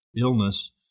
illness